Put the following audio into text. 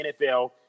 NFL